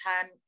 time